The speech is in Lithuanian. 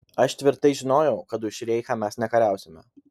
aš tvirtai žinojau kad už reichą mes nekariausime